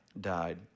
died